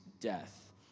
death